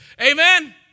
Amen